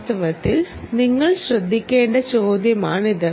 വാസ്തവത്തിൽ നിങ്ങൾ ശ്രദ്ധിക്കേണ്ട ചോദ്യമാണിത്